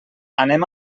anem